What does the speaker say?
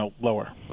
lower